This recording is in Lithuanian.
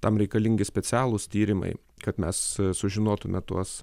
tam reikalingi specialūs tyrimai kad mes sužinotume tuos